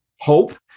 Hope